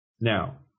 now